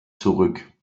zurück